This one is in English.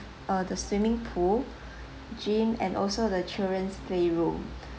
uh the swimming pool gym and also the children's playroom